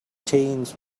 teens